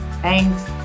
Thanks